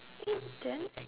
eh then